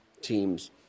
teams